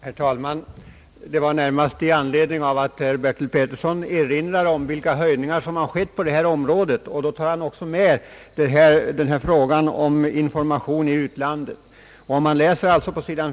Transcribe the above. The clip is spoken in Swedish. Herr talman! I anledning av vad statsrådet nu anfört vill jag säga att min uppgift lämnades som en replik på herr Bertil Peterssons yttrande. Herr Bertil Petersson erinrade om de höjningar som skett på detta område och nämnde därvid också anslaget till kommersiell information i utlandet. Om vi läser på sid.